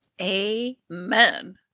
Amen